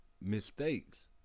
mistakes